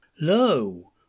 Lo